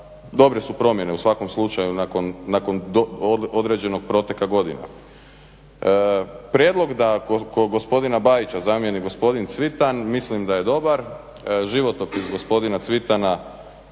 dobre su promjene, u svakom slučaju nakon određenog proteka godina. Prijedlog da gospodina Bajića zamjeni gospodin Cvitan, mislim da je dobar. Životopis gospodina Cvitana